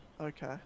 Okay